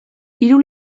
hiru